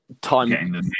time